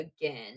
again